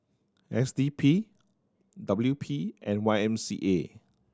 S D P W P and Y M C A